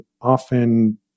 often